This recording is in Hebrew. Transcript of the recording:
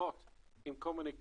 שיחות עם כל מיני גופים,